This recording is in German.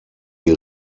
die